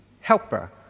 helper